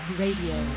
radio